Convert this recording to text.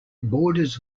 borders